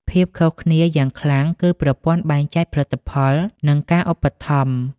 ភាពខុសគ្នាយ៉ាងខ្លាំងគឺប្រព័ន្ធបែងចែកផលិតផល និងការឧបត្ថម្ភ។